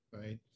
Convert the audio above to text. Right